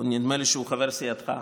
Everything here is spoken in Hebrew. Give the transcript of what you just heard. נדמה לי שהוא חבר סיעתך,